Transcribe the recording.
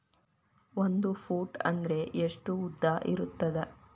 ಒಂದು ಫೂಟ್ ಅಂದ್ರೆ ಎಷ್ಟು ಉದ್ದ ಇರುತ್ತದ?